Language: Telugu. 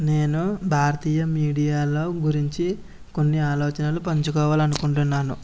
నేను భారతీయ మీడియాల గురించి కొన్ని ఆలోచనలు పంచుకోవాలనుకుంటున్నాను